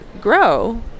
grow